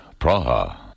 Praha